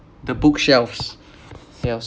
the bookshelves yes